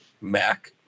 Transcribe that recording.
mac